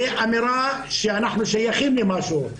זו אמירה שאנחנו שייכים למשהו.